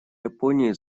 японии